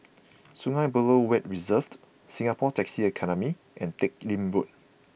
Sungei Buloh Wetland Reserve Singapore Taxi Academy and Teck Lim Road